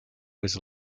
was